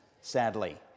sadly